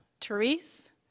Therese